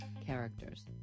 Characters